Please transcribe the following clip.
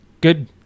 Good